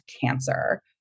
cancer